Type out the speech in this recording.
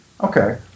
Okay